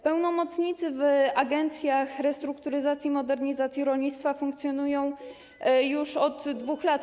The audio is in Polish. Pełnomocnicy w agencjach restrukturyzacji i modernizacji rolnictwa funkcjonują już od 2 lat.